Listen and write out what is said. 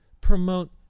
promote